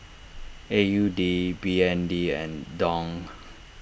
A U D B N D and Dong